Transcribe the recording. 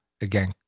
again